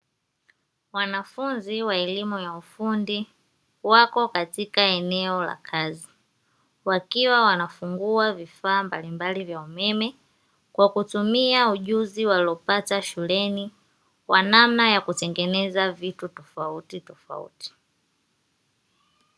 Wanafunzi wa elimu ya ufundi wako katika eneo la kazi wakiwa wanafungua vifaa mbalimbali vya umeme kwa kutumia ujuzi waliopata shuleni kwa namna ya kutengeneza vitu tofautitofauti.